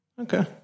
Okay